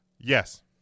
Yes